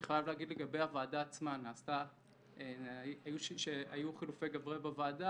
אני חייב להגיד לגבי הוועדה עצמה: היו חילופי גברי בוועדה,